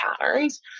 patterns